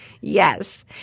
Yes